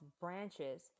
branches